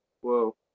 Whoa